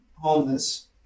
homeless